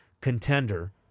contender